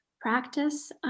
practice